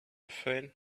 faint